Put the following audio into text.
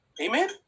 Amen